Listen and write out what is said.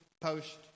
post